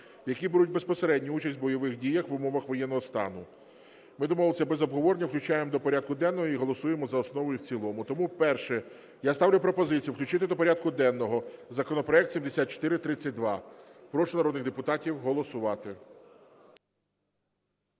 які беруть безпосередню участь в бойових діях в умовах воєнного стану. Ми домовилися без обговорення. Включаємо до порядку денного і голосуємо за основу і в цілому. Тому перше. Я ставлю пропозицію включити до порядку денного законопроект 7432. Прошу народних депутатів голосувати.